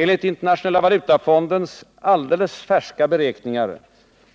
Enligt Internationella valutafondens färska beräkningar